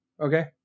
okay